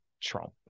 Trump